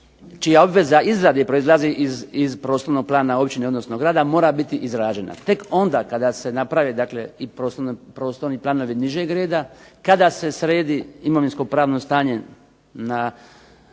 čija obveza izrade proizlazi iz prostornog plana općine, odnosno grada, mora biti izrađena. Tek onda kada se naprave dakle i prostorni planovi nižeg reda, kada se sredi imovinsko-pravno stanje na